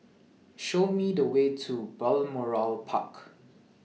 Show Me The Way to Balmoral Park